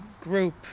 group